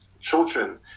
children